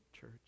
church